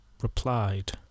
replied